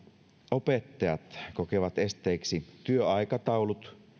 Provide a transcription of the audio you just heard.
opettajat kokevat esteeksi työaikataulut